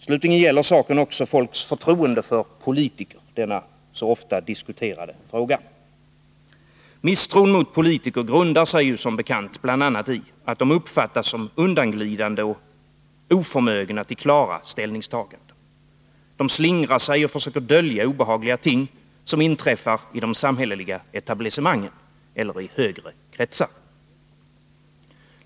Slutligen gäller saken också folks förtroende för politiker, denna så ofta debatterade fråga. Misstron mot politiker grundar sig som bekant bl.a. i att de uppfattas som undanglidande och oförmögna till klara ställningstaganden. De slingrar sig och försöker dölja obehagliga ting som inträffar i de samhälleliga etablissemangen eller i högre kretsar.